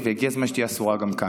והגיע הזמן שתהיה אסורה גם כאן.